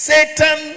Satan